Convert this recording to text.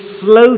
slow